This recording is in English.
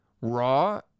Raw